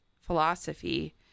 Philosophy